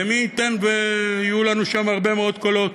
מי ייתן ויהיו לנו שם הרבה מאוד קולות.